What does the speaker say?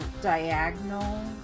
diagonal